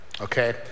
okay